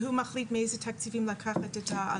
והוא מחליט מאיזה תקציבים לקחת את זה.